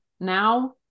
now